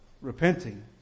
Repenting